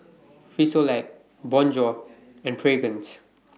Frisolac Bonjour and Fragrance